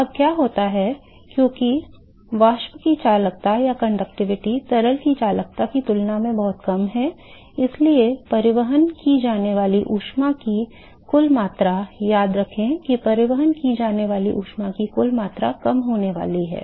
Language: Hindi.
अब क्या होता है क्योंकि वाष्प की चालकता तरल की चालकता की तुलना में बहुत कम है इसलिए परिवहन की जाने वाली ऊष्मा की कुल मात्रा याद रखें कि परिवहन की जाने वाली ऊष्मा की कुल मात्रा कम होने वाली है